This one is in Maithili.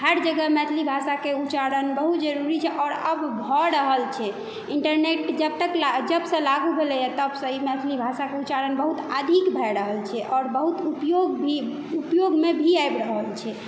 हर जगह मैथिली भाषा के उच्चारण बहुत जरूरी छै आओर अब भऽ रहल छै इंटरनेट जब तक लाग जब सऽ लागू भेलैया तब सऽ ई मैथिली भाषा के उच्चारण अधिक भए रहल छै आओर बहुत उपयोग भी उपयोगमे भी आबि रहल छै